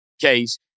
case